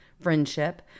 friendship